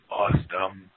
awesome